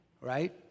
right